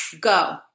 go